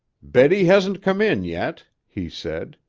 betty hasn't come in yet, he said.